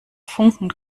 funken